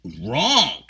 wrong